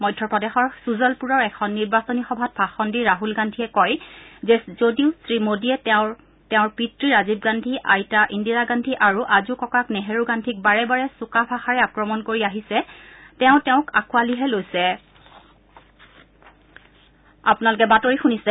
মধ্যপ্ৰদেশৰ সুজলপুৰৰ এখন নিৰ্বাচনী সভাত ভাষণ দি ৰাহুল গান্ধীয়ে কয় যে যদিও শ্ৰীমোডীয়ে তেওঁক তেওঁৰ পিত ৰাজীৱ গান্ধী আইতা ইন্দিৰা গান্ধী আৰু আজোককা নেহেৰু গান্ধীক বাৰে বাৰে চোকা ভাষাৰে আক্ৰমণ কৰি আহিছে যদিও তেওঁক আকোৱালিহে লৈছে